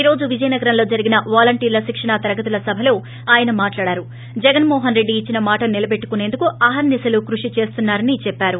ఈ రోజు విజయనగరంలో జరిగిన వాలంటీర్ల శిక్షణ తరగతుల సభలో ఆయన మాట్లాడుతూ జగన్మోహన్రెడ్డి ఇచ్చిన మాటను నిలబెట్లుకునేందుకు అహర్సి శలు కృషి చేస్తున్నా రని చెప్పారు